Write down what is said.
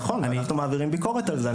נכון, ואנחנו מעבירים ביקורת על זה.